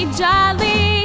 jolly